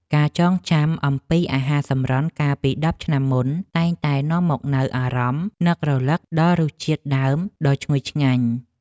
ការចងចាំអំពីអាហារសម្រន់កាលពីដប់ឆ្នាំមុនតែងតែនាំមកនូវអារម្មណ៍នឹករលឹកដល់រសជាតិដើមដ៏ឈ្ងុយឆ្ងាញ់។